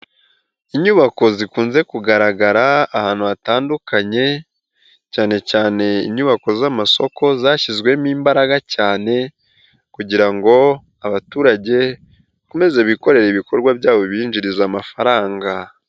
Inyubako zikunze kugaragara ahantu hatandukanye cyane cyane inyubako z' amasoko zashyizwemo imbaraga cyane kugira ngo abaturage bakomeze bikorere ibikorwa byabo binjiriza amafaranga.